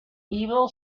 evil